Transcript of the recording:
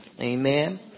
Amen